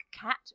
cat